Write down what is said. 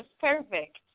Perfect